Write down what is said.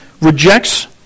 rejects